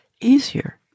easier